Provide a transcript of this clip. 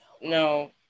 No